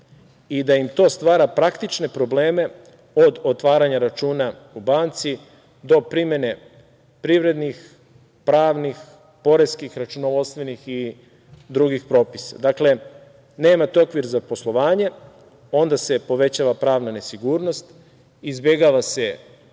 i da im to stvara praktične probleme od otvaranja računa u banci do primene privrednih, pravnih, poreskih, računovodstvenih i drugih propisa. Dakle, nemate okvir za poslovanje, onda se povećava pravna nesigurnost, izbegava se